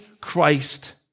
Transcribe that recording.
Christ